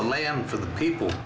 the lamb for the people